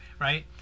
right